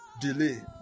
delay